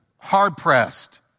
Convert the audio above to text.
hard-pressed